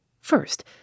First